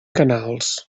canals